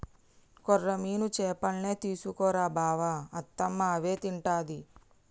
కొర్రమీను చేపల్నే తీసుకు రా బావ అత్తమ్మ అవే తింటది